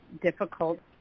difficult